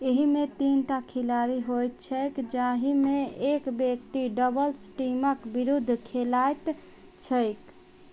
एहिमे तीनटा खिलाड़ी होएत छैक जाहिमे एक व्यक्ति डबल्स टीमके विरूद्ध खेलाइत छैक